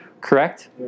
correct